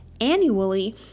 annually